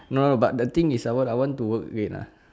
no no but the thing is I want I want to work again lah